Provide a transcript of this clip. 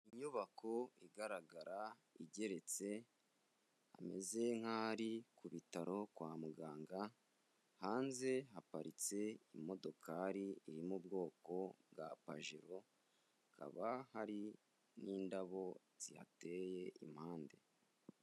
Inyubako igaragara, igeretse, imeze nk'aho ari ku bitaro kwa muganga, hanze haparitse imodokari iri mu bwoko bwa pajero, hakaba hari n'indabo zihateye impande.